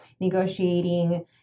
negotiating